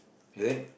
is it